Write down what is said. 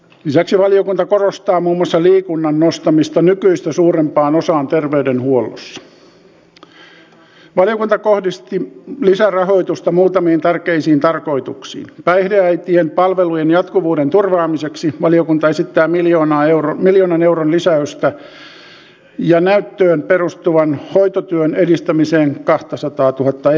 lisäksi valiokunta korostaa muun muassa liikunnan nostamista nykyistä profiloinnista on syytä hakea uutta virtaa mutta kestävää olisi toimia niin ettei aloiteta määrärahojen rajulla vähennyksellä vaan panostetaan uudistuksiin jotka tulevaisuudessa vähentäisivät määrärahan tarvetta hallitusti